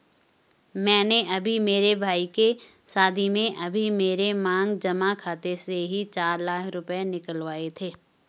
मैंने अभी मेरे भाई के शादी में अभी मेरे मांग जमा खाते से ही चार लाख रुपए निकलवाए थे